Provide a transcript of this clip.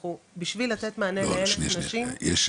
אנחנו בשביל לתת מענה לאלף נשים --- רגע שניה.